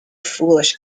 foolish